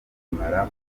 kumpamagara